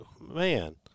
man